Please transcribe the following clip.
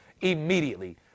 immediately